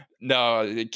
no